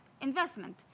investment